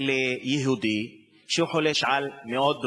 של יהודי שחולש על מאות דונמים,